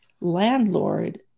landlord